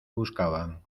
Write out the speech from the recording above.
buscaban